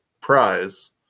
prize